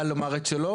בא לומר את שלו,